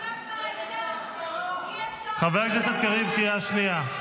--- ההסברה --- חבר הכנסת קריב, קריאה שנייה.